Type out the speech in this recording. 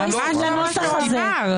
ממש לא.